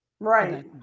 Right